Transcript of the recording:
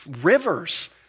rivers